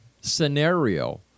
scenario